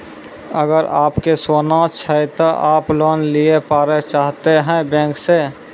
अगर आप के सोना छै ते आप लोन लिए पारे चाहते हैं बैंक से?